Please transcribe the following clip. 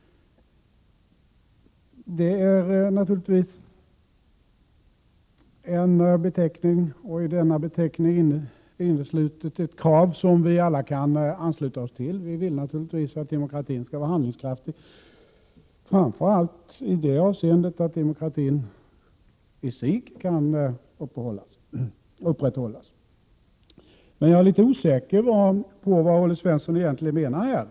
Detta är naturligtvis ett krav som vi alla kan ansluta oss till. Vi vill givetvis att demokratin skall vara handlingskraftig, framför allt därför att demokratin i sig därigenom kan upprätthållas. Jag är dock litet osäker på vad Olle Svensson här avser.